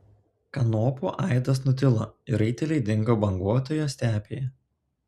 kanopų aidas nutilo ir raiteliai dingo banguotoje stepėje